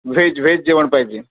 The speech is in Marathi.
व्हेज व्हेज जेवण पाहिजे